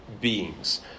beings